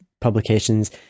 publications